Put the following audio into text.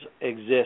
exist